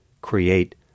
create